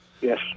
Yes